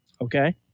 Okay